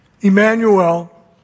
Emmanuel